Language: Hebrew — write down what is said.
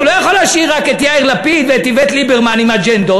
הוא לא יכול להשאיר רק את יאיר לפיד ואת איווט ליברמן עם אג'נדות,